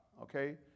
okay